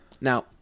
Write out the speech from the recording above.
Now